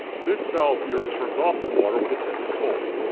this valve here turns off the water when the tank is full.